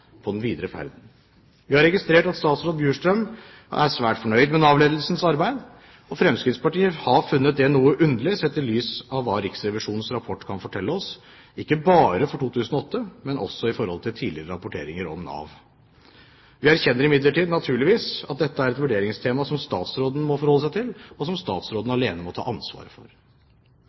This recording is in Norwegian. på den videre ferden. Vi har registrert at statsråd Bjurstrøm er svært fornøyd med Nav-ledelsens arbeid, og Fremskrittspartiet har funnet det noe underlig, sett i lys av hva Riksrevisjonens rapport kan fortelle oss, ikke bare for 2008, men også i forhold til tidligere rapporteringer om Nav. Vi erkjenner imidlertid – naturligvis – at dette er et vurderingstema som statsråden må forholde seg til, og som statsråden alene må ta ansvar for.